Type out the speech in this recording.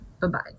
Bye-bye